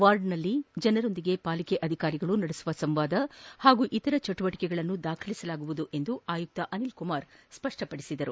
ವಾರ್ಡ್ನಲ್ಲಿನ ಜನರೊಂದಿಗೆ ಪಾಲಿಕೆ ಅಧಿಕಾರಿಗಳು ನಡೆಸುವ ಸಂವಾದ ಹಾಗೂ ಇತರ ಚಟುವಟಿಕೆಗಳನ್ನು ದಾಖಲಿಸಲಾಗುವುದು ಎಂದು ಆಯುಕ್ತ ಅನಿಲ್ ಕುಮಾರ್ ಸ್ವಷ್ಷಪಡಿಸಿದರು